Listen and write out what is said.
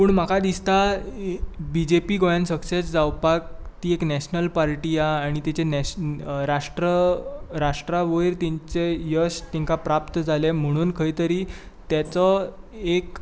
पूण म्हाका दिसता बिजेपी गोंयांत सक्सेस जावपाक ती एक नॅशनल पार्टी आहा आनी तिचें नॅश राष्ट्र राष्ट्रा वयर तेंचें यश तेंकां प्राप्त जालें म्हणून खंय तरी तेचो एक